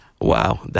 Wow